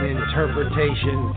interpretation